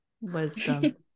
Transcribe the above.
Wisdom